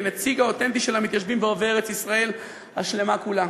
כנציג האותנטי של המתיישבים בארץ-ישראל השלמה כולה.